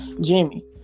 Jimmy